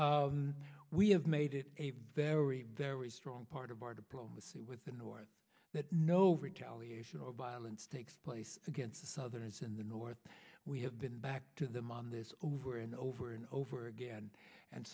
we have made it a very very strong part of our diplomacy with the north that no retaliation or violence takes place against the southerners in the north we have been back to them on this over and over and over again and